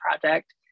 Project